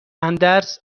اندرز